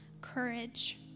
courage